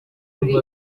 kuri